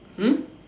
hmm